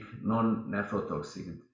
non-nephrotoxic